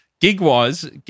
Gig-wise